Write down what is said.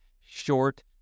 short